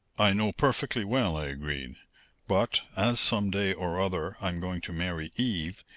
i know perfectly well, i agreed but, as some day or other i'm going to marry eve,